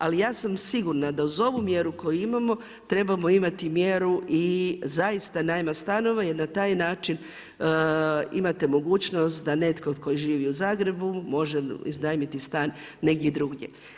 Ali ja sam sigurna da uz ovu mjeru koju imamo trebamo imati mjeru i zaista najma stanova, jer na taj način kimate mogućnost da netko tko živi u Zagrebu može iznajmiti stan negdje drugdje.